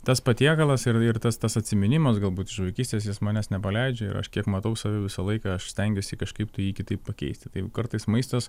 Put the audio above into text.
tas patiekalas ir ir tas tas atsiminimas galbūt iš vaikystės jis manęs nepaleidžia ir aš kiek matau save visą laiką aš stengiuosi kažkaip tai jį kitaip pakeisti tai kartais maistas